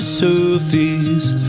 surface